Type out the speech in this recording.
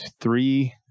three